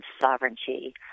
sovereignty